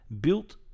built